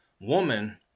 woman